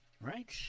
Right